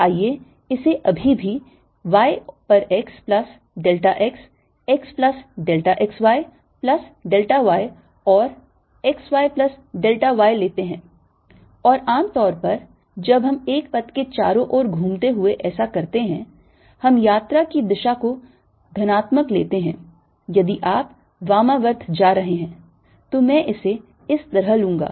आइए इसे अभी भी y पर x plus delta x x plus delta x y plus delta y और x y plus delta y लेते हैं और आमतौर पर जब हम एक पथ के चारों ओर घूमते हुए ऐसा करते हैं हम यात्रा की दिशा को धनात्मक लेते हैं यदि आप वामावर्त जा रहे हैं तो मैं इसे इस तरह लूंगा